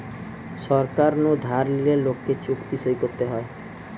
সরকার নু ধার লিলে লোককে চুক্তি সই করতে হয়